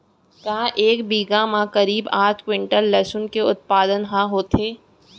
का एक बीघा म करीब आठ क्विंटल लहसुन के उत्पादन ह होथे?